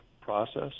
process